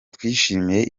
twishimiye